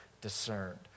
discerned